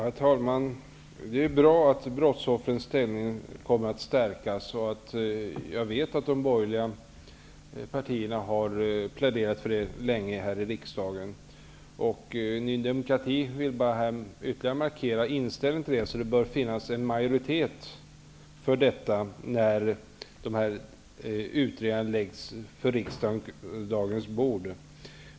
Herr talman! Det är bra att brottsoffrens ställning kommer att stärkas. Jag vet att de borgerliga partierna länge har pläderat för den saken här i riksdagen. Vi i Ny demokrati vill här ytterligare markera vår inställning. Det bör alltså finnas en majoritet för detta när utredningarna läggs på riksdagens bord.